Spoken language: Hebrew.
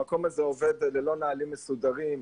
המקום עובד ללא נהלים מסודרים.